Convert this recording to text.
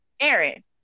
Aaron